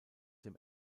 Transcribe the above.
dem